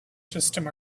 system